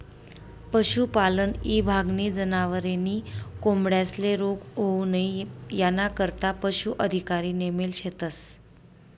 पशुपालन ईभागनी जनावरे नी कोंबड्यांस्ले रोग होऊ नई यानाकरता पशू अधिकारी नेमेल शेतस